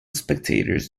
spectators